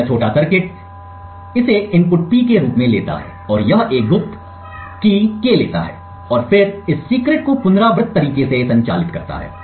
तो यह छोटा सर्किट इसे इनपुट P के रूप में लेता है और यह एक गुप्त K लेता है और फिर इस सीक्रेट को पुनरावृत्त तरीके से संचालित करता है